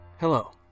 Hello